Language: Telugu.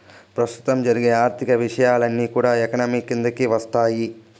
ప్రస్తుతం జరిగే ఆర్థిక విషయాలన్నీ కూడా ఎకానమీ కిందికి వత్తాయి